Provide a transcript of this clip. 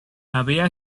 había